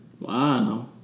Wow